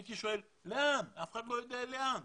הייתי שואל לאן - אף אחד לא יודע לאן.